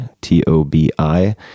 T-O-B-I